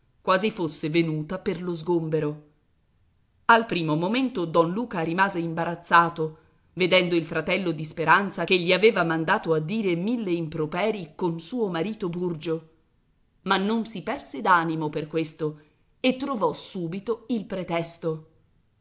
quasi fosse venuta per lo sgombero al primo momento don luca rimase imbarazzato vedendo il fratello di speranza che gli aveva mandato a dire mille improperi con suo marito burgio ma non si perse d'animo per questo e trovò subito il pretesto